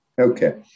Okay